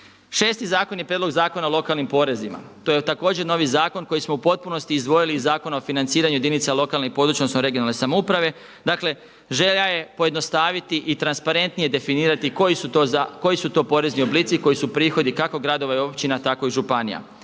Šesti zakon je Prijedlog zakona o lokalnim porezima. To je također novi zakon koji smo u potpunosti izdvojili iz Zakona o financiranju jedinica lokalne i područne odnosno regionalne samouprave. Dakle, želja je pojednostaviti i transparentnije definirati koji su to porezni oblici, koji su prihodi kako gradova i općina, tako i županija.